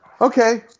Okay